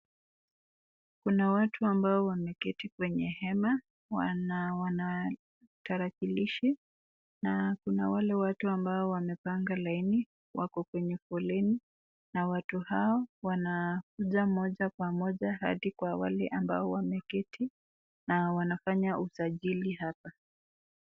Kuna watu ambao wameketi kwenye hema wana tarakilishi na kuna wale watu ambao wamepanga laini wako kwenye foleni na watu hao wanakuja moja kwa moja hadi kwa wale wameketi na wanafanya usajili hapa.